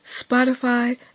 Spotify